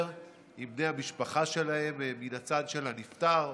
עם בני המשפחה שלהם מן הצד של הנפטר,